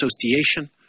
association